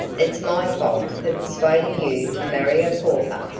it's my fault for persuading you to marry a pauper.